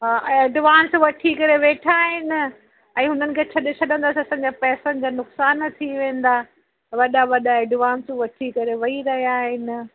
हा एडवांस वठी करे वेठा आहिनि ऐं उन्हनि खे छॾे छॾंदसि त असांजा पैसनि जा नुक़सानु थी वेंदा वॾा वॾा एडवांसूं वठी करे वेई रहिया आहिनि